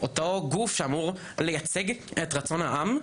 אותו גוף שאמור לייצג את רצון העם,